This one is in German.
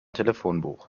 telefonbuch